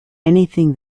anything